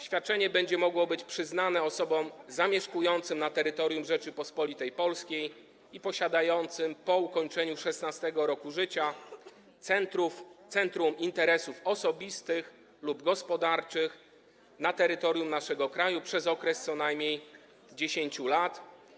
Świadczenie będzie mogło być przyznane osobom zamieszkującym na terytorium Rzeczypospolitej Polskiej i posiadającym po ukończeniu 16. roku życia centrum interesów osobistych lub gospodarczych na terytorium naszego kraju przez okres co najmniej 10 lat.